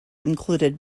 included